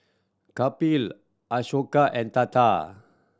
Kapil Ashoka and Tata